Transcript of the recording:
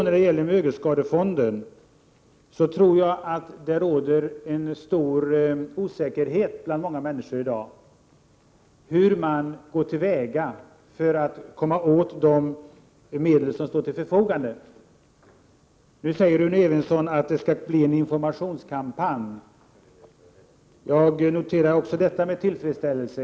När det gäller mögelskadefonden tror jag att det råder stor osäkerhet bland många människor i dag om hur man går till väga för att komma åt de medel som står till förfogande. Rune Evensson säger att det skall bli en informationskampanj. Jag noterar också detta med tillfredsställelse.